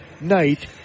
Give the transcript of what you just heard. Night